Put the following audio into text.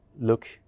look